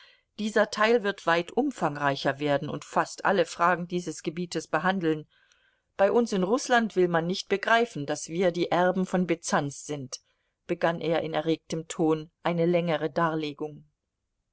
dieser teil wird weit umfangreicher werden und fast alle fragen dieses gebietes behandeln bei uns in rußland will man nicht begreifen daß wir die erben von byzanz sind begann er in erregtem ton eine längere darlegung